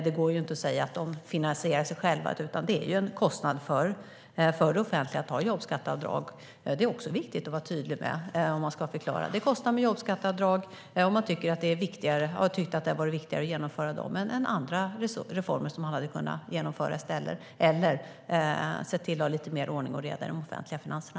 Det går inte att säga att jobbskatteavdragen finansierar sig själva, utan de är en kostnad för det offentliga. Det är viktigt att vara tydlig med detta när man ska förklara dem. Jobbskatteavdrag kostar, och ni har tyckt att det har varit viktigare att genomföra dem än att genomföra andra reformer eller se till att ha lite mer ordning och reda i de offentliga finanserna.